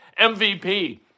MVP